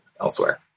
elsewhere